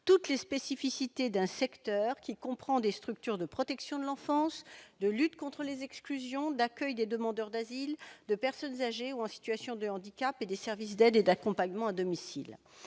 toutes les spécificités d'un secteur qui comprend des structures de protection de l'enfance, de lutte contre les exclusions, d'accueil des demandeurs d'asile, de personnes âgées ou en situation de handicap et des services d'aide et d'accompagnement à domicile.